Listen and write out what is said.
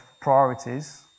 priorities